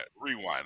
Rewind